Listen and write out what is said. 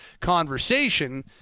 conversation